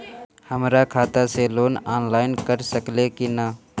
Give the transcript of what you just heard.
हमरा खाता से लोन ऑनलाइन कट सकले कि न?